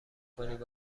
کنید